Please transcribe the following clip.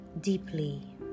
deeply